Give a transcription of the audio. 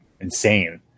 insane